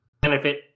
benefit